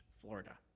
Florida